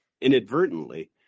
inadvertently